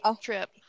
trip